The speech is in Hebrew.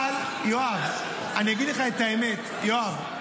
אבל יואב, אני אגיד לך את האמת, יואב.